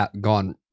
gone